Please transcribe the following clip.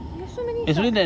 you have so many shops